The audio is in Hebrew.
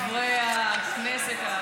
חברי הכנסת,